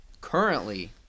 Currently